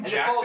Jack